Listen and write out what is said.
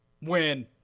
Win